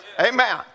Amen